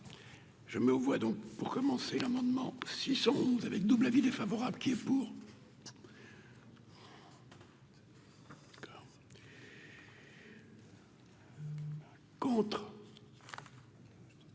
Je mets aux voix donc, pour commencer, l'amendement 611 avec double avis défavorable qui est pour. Contre.